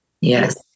yes